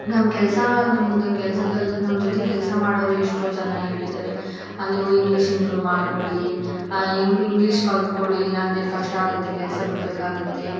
ನಮ್ಮ ಕೆಲಸ ನಮ್ದು ಕೆಲ್ಸದಲ್ಲಿ ನಮ್ಮ ಜೊತೆ ಕೆಲಸ ಮಾಡೋರು ಎಷ್ಟೊ ಜನ ಹೇಳಿದ್ದಾರೆ ನೀವು ಇಂಗ್ಲೀಷ್ ಇಂಪ್ರೂವ್ ಮಾಡ್ಕೊಳ್ಳಿ ಇಂಗ್ಲೀಷ್ ಕಲಿತ್ಕೊಳ್ಳಿ ಇಲ್ಲಾಂದರೆ ಇಲ್ಲಿ ಕಷ್ಟ ಆಗುತ್ತೆ ಕೆಲಸ ಬಿಡ್ಬೇಕಾಗುತ್ತೆ